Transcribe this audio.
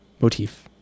motif